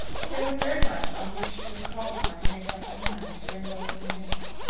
but there was very much on which she was called upon to make up her mind during those few minutes.